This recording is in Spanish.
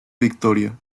victoria